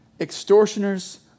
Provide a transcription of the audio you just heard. extortioners